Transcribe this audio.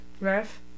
Ref